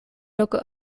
loko